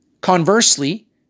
conversely